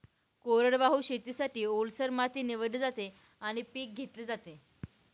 कोरडवाहू शेतीसाठी, ओलसर माती निवडली जाते आणि पीक घेतले जाते